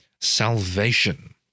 salvation